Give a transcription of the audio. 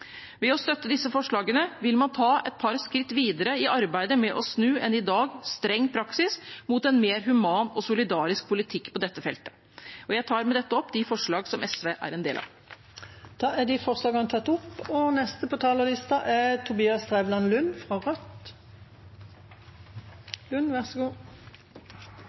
Ved å støtte disse forslagene vil man ta et par skritt videre i arbeidet med å snu en i dag streng praksis mot en mer human og solidarisk politikk på dette feltet. Jeg tar med det opp de forslagene som SV er en del av. Representanten Grete Wold har tatt opp de forslagene hun viste til. Jeg glemte å gratulere med dagen i stad, så